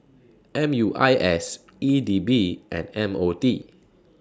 M U I S E D B and M O T